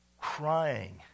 crying